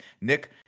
nick